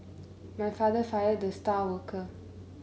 my father fired the star worker